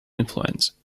influence